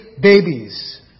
babies